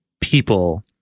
people